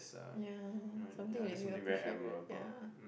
ya something that you will appreciate right ya